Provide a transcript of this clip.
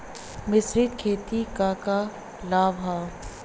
मिश्रित खेती क का लाभ ह?